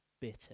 bitter